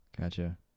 Gotcha